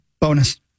bonus